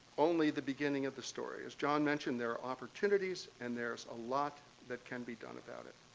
only the beginning of the story. as john mentioned, there are opportunities and there's a lot that can be done about it.